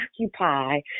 occupy